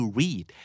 read